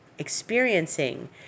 experiencing